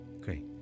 great